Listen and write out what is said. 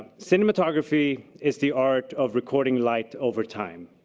cinematography is the art of recording light over time.